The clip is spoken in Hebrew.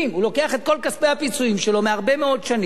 והוא לוקח את כל כספי הפיצויים שלו מהרבה מאוד שנים,